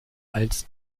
als